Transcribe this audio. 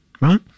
right